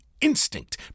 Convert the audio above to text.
instinct